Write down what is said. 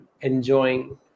enjoying